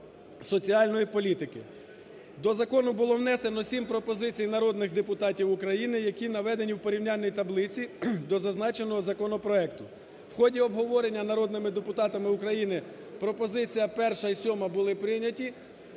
До закону було внесено 7 пропозицій народних депутатів України, які наведені в порівняльній таблиці до зазначеного законопроекту. В ході обговорення народними депутатами пропозиція перша і сьома були прийняті,